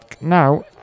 Now